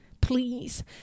Please